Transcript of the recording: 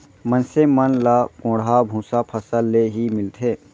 मनसे मन ल कोंढ़ा भूसा फसल ले ही मिलथे